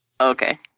Okay